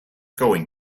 going